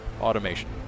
Automation